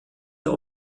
der